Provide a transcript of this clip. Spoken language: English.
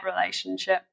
relationship